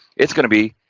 it's going to be,